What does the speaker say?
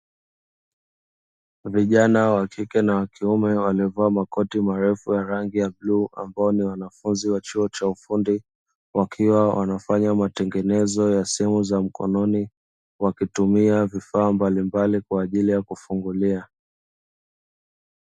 Vijana wa kike na wa kiume waliovaa makoti marefu ya rangi ya bluu, ambao ni wanafunzi wa chuo cha ufundi wakiwa wanafanya matengenezo ya simu za mkononi wakitumia vifaa mbalimbali kwa ajili ya kufungulia.